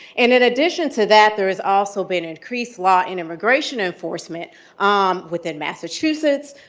and in addition to that, there has also been increased law in immigration enforcement um within massachusetts,